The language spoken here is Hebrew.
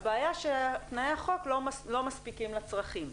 הבעיה היא שתנאי החוק לא מספיקים לצרכים.